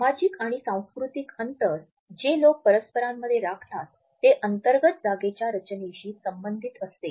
सामाजिक आणि सांस्कृतिक अंतर जे लोक परस्परांमध्ये राखतात ते अंतर्गत जागेच्या रचनेशी संबंधित असते